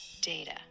data